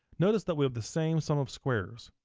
notice that we have the same sum of squares.